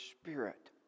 spirit